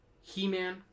He-Man